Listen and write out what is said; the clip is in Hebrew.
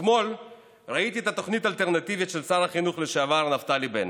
אתמול ראיתי את התוכנית האלטרנטיבית של שר החינוך לשעבר נפתלי בנט,